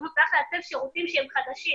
זאת אומרת צריך לתת שירותים שהם חדשים